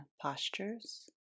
postures